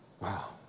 Wow